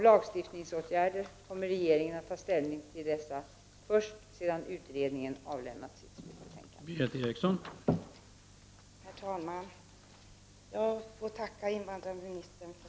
Lagstiftningsåtgärder kommer regeringen att ta ställning till först sedan utredningen avlämnat sitt slutbetänkande.